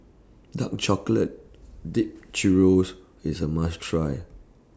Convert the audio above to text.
Dark Chocolate Dipped Churro's IS A must Try